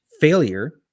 failure